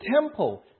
temple